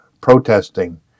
protesting